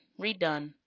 redone